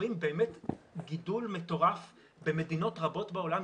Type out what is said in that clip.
רואים גידול מטורף במדינות רבות בעולם,